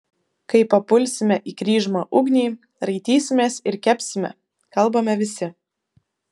kai papulsime į kryžmą ugnį raitysimės ir kepsime kalbame visi